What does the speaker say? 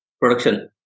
production